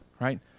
right